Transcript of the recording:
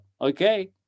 Okay